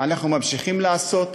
אנחנו ממשיכים לעשות,